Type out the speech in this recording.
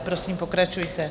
Prosím, pokračujte.